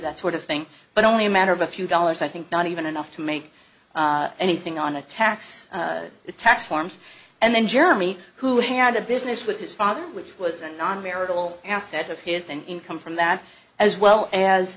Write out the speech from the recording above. that sort of thing but only a matter of a few dollars i think not even enough to make anything on the tax the tax forms and then jeremy who had a business with his father which was a non marital asset of his and income from that as well as